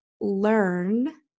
learn